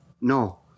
No